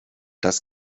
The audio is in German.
das